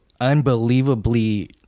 unbelievably